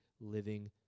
living